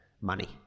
money